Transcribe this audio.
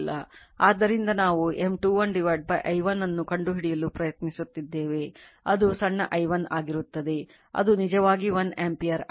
ಆದ್ದರಿಂದ ನಾವು M21 i1 ಅನ್ನು ಕಂಡುಹಿಡಿಯಲು ಪ್ರಯತ್ನಿಸುತ್ತಿದ್ದೇವೆ ಅದು ಸಣ್ಣ i1 ಆಗಿರುತ್ತದೆ ಅದು ನಿಜವಾಗಿ 1 ಆಂಪಿಯರ್ ಆಗಿದೆ